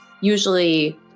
usually